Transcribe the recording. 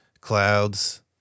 clouds